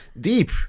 deep